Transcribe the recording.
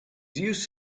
use